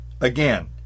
Again